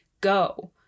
go